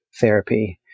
therapy